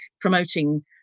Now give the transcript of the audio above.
promoting